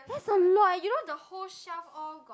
that's a lot you know the whole shelf all got